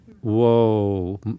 Whoa